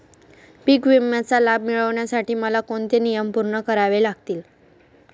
पीक विम्याचा लाभ मिळण्यासाठी मला कोणते नियम पूर्ण करावे लागतील?